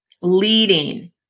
leading